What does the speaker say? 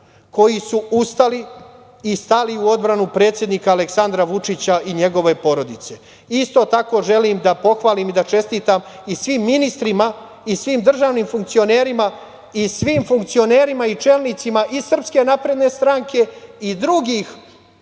koji su ustali i stali u odbranu predsednika Aleksandra Vučića i njegove porodice. Isto tako želim da pohvalim i da čestitam i svim ministrima i državnim funkcionerima i svim funkcionerima i čelnicima iz SNS i drugih